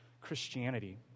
Christianity